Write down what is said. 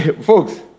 folks